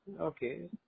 Okay